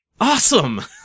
awesome